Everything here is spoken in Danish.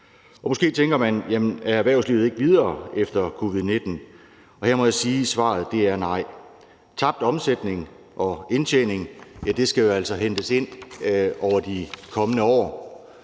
Måske tænker man: Jamen er erhvervslivet ikke kommet videre efter covid-19? Her må jeg sige: Svaret er nej; tabt omsætning og indtjening skal jo altså hentes ind over de kommende år;